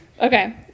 okay